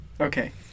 Okay